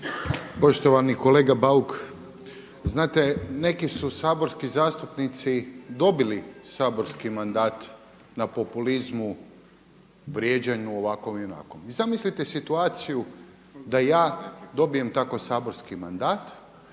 Poštovani kolega Bauk, znate neki su saborski zastupnici dobili saborski mandat na populizmu, vrijeđanju ovakvom i onakvom. Zamislite situaciju da ja dobijem tako saborski mandat,